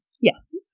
Yes